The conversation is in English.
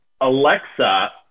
Alexa